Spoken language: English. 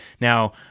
Now